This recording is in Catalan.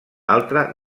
altra